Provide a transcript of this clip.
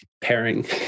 pairing